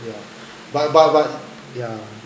ya but but but ya